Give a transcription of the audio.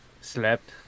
slept